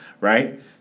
right